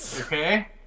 Okay